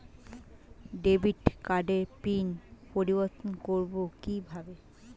Debit কার্ডের PIN পরিবর্তন করবো কীভাবে?